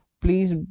please